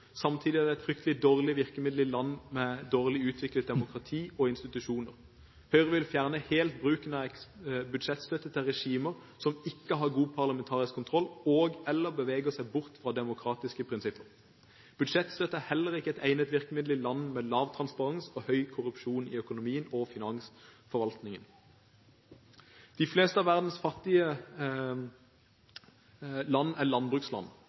Samtidig er det et veldig dårlig virkemiddel for land med dårlig utviklet demokrati og institusjoner. Høyre vil fjerne helt bruken av budsjettstøtte til regimer som ikke har god parlamentarisk kontroll, og/eller beveger seg bort fra demokratiske prinsipper. Budsjettstøtte er heller ikke et egnet virkemiddel i land med lav transparens og høy korrupsjon i økonomien og i finansforvaltningen. De fleste av verdens fattige land er landbruksland.